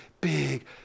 big